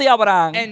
Abraham